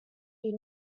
you